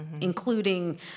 including